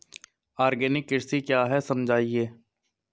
Organic कृषि क्या है समझाइए?